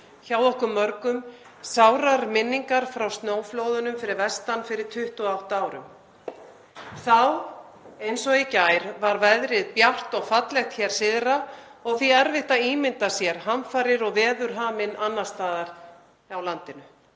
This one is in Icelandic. hjá okkur mörgum sárar minningar frá snjóflóðunum fyrir vestan fyrir 28 árum. Þá, eins og í gær, var veðrið bjart og fallegt hér syðra og því erfitt að ímynda sér hamfarir og veðurhaminn annars staðar á landinu.